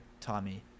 Tommy